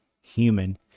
human